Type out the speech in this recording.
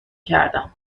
کردم